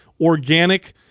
organic